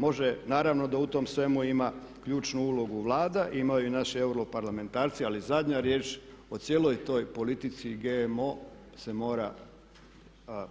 Može, naravno da u tome svemu ima ključnu ulogu Vlada, imaju i naši europarlamentarci ali zadnja riječ o cijeloj toj politici GMO se mora